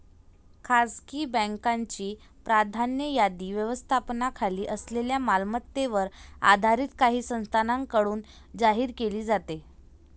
खासगी बँकांची प्राधान्य यादी व्यवस्थापनाखाली असलेल्या मालमत्तेवर आधारित काही संस्थांकडून जाहीर केली जाते